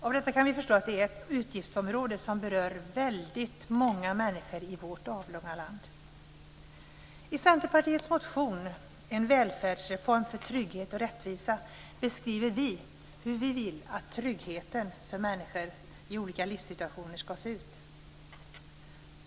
Av detta kan vi förstå att det här är ett utgiftsområde som berör väldigt många människor i vårt avlånga land. I Centerpartiets motion En välfärdsreform för trygghet och rättvisa beskriver vi hur vi vill att tryggheten för människor i olika livssituationer ska se ut.